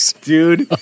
dude